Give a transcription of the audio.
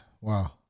Wow